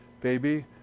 baby